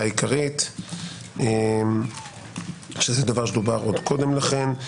העיקרית שזה דבר שדובר עוד קודם לכן.